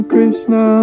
Krishna